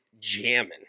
jamming